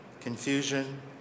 confusion